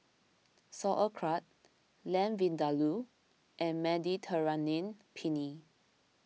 Sauerkraut Lamb Vindaloo and Mediterranean Penne